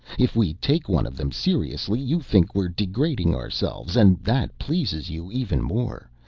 if we take one of them seriously, you think we're degrading ourselves, and that pleases you even more.